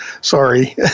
Sorry